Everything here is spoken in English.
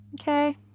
okay